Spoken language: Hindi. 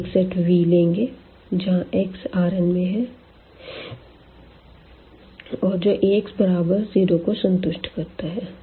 हम एक सेट V लेंगे जहाँ x∈Rnऔर जो Ax बराबर 0 को संतुष्ट करता है